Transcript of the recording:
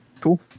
Cool